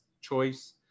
Choice